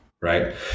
right